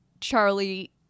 Charlie